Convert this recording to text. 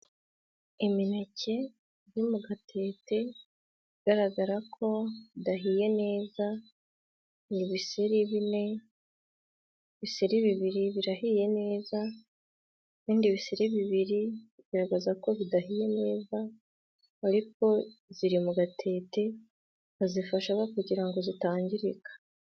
Imineke yo mu gatete igaragara ko idahiye neza, ni ibiseri bine, ibiseri bibiri birahiye neza, ibindi biseri bibiri bigaragaza ko bidahiye neza, ariko ziri mu gatete bazifashamo kugira ngo zitangirika.